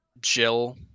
Jill